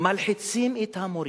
מלחיצים את המורים,